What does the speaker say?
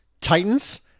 Titans